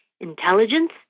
intelligence